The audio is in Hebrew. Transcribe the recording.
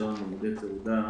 למה שתעשו נציבות בבני ברק.